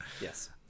yes